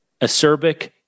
acerbic